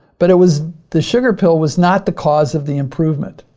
but it was, the sugar pill was not the cause of the improvement.